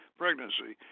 pregnancy